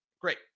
great